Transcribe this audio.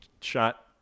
shot